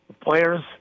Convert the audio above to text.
Players